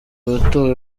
abatowe